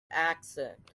accent